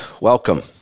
welcome